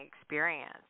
experience